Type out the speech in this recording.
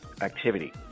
activity